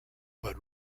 but